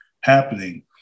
happening